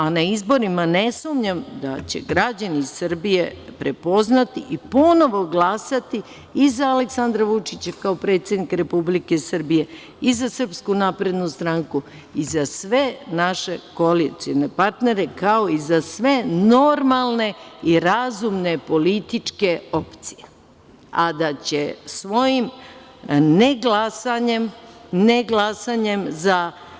A, na izborima ne sumnjam da će građani Srbije prepoznati i ponovo glasati i za Aleksandra Vučića kao predsednika Republike Srbije i za SNS i za sve naše koalicione partnere, kao i za sve normalne i razumne političke opcije, a da će svojim ne glasanjem, ne glasanjem za…